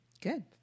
good